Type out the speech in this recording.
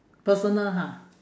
personal ha